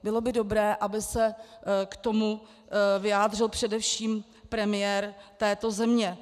Bylo by dobré, aby se k tomu vyjádřil především premiér této země.